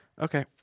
Okay